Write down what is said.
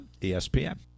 ESPN